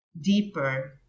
deeper